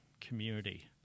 community